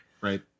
Right